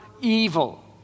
evil